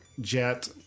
jet